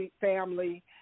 family